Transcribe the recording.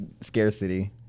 Scarcity